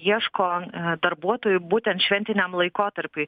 ieško darbuotojų būtent šventiniam laikotarpiui